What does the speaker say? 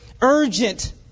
urgent